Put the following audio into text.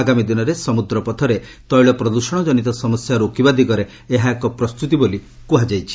ଆଗାମୀ ଦିନରେ ସମୁଦ୍ର ପଥରେ ତୈଳ ପ୍ରଦୂଷଣ କନିତ ସମସ୍ୟା ରୋକିବା ଦିଗରେ ଏହା ଏକ ପ୍ରସ୍ତତି ବୋଲି କୁହାଯାଇଛି